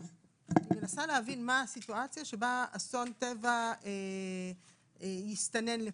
אני מנסה להבין מה הסיטואציה שבה אסון טבע כן יסתנן לפה.